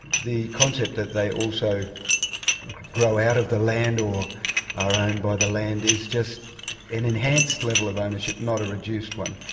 the concept that they also grow out of the land or are owned by the land is just an enhanced level of ownership, not a reduced one.